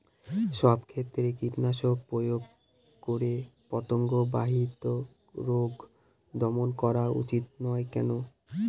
সব ক্ষেত্রে কীটনাশক প্রয়োগ করে পতঙ্গ বাহিত রোগ দমন করা উচিৎ নয় কেন?